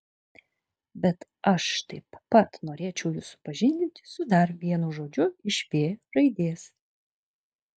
bet aš taip pat norėčiau jus supažindinti su dar vienu žodžiu iš v raidės